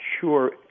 sure